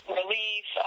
relief